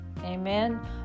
Amen